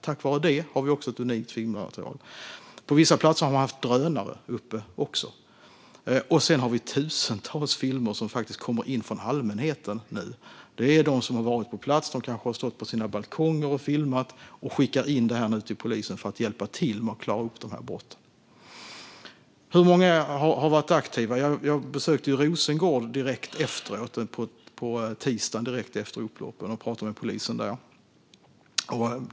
Tack vare det har vi ännu ett unikt filmmaterial. På vissa platser har man också haft drönare uppe. Det kommer också in tusentals filmer från allmänheten. Folk som har varit på plats eller kanske stått på sina balkonger och filmat skickar nu in sina filmer till polisen för att hjälpa till att klara upp dessa brott. Hur många var aktiva? Jag besökte Rosengård på tisdagen direkt efter upploppen och pratade med polisen där.